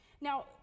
Now